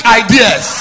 ideas